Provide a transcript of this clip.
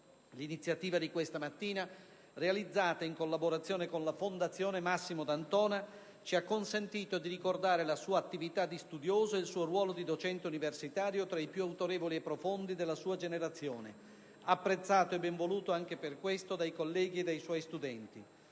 L'iniziativa di questa mattina, realizzata in collaborazione con la "Fondazione Prof. Massimo D'Antona (Onlus)", ci ha consentito di ricordare la sua attività di studioso e il suo ruolo di docente universitario, tra i più autorevoli e profondi della sua generazione, apprezzato e benvoluto anche per questo dai colleghi e dai suoi studenti.